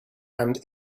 and